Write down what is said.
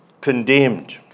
condemned